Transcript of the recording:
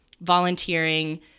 volunteering